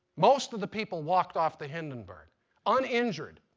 most of the people walked off the hindenburg uninjured.